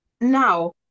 Now